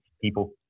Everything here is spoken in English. people